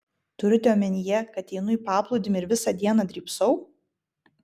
turite omenyje kad einu į paplūdimį ir visą dieną drybsau